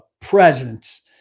presence